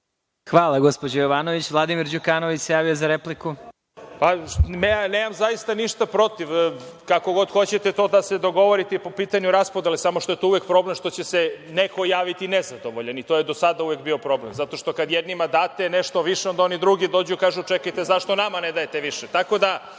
Hvala gospođo Jovanović. Vladimir Đukanović se javio za repliku. **Vladimir Đukanović** Nemam ništa protiv, kako god hoćete to da se dogovorite i po pitanju raspodele, samo što je tu uvek problem što će se neko javiti nezadovoljan i to je do sada uvek bio problem, zato što kad jednima date nešto više, onda oni drugi dođu, kažu – čekajte, zašto nama ne dajete više. Tako da,